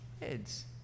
kids